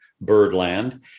birdland